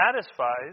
satisfies